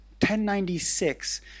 1096